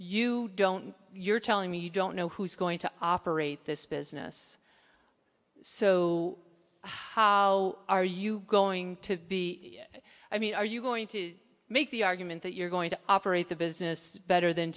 you don't you're telling me you don't know who's going to operate this business so how are you going to be i mean are you going to make the argument that you're going to operate the business better than